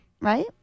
right